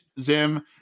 zim